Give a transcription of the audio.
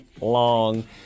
Long